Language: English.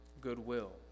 goodwill